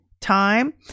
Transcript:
time